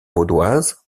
vaudoises